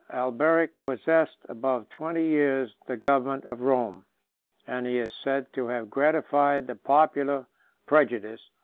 alberic possessed above twenty years the government of rome and he is said to have gratified the popular prejudice,